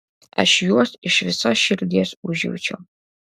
aš juos iš visos širdies užjaučiau